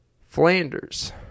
Flanders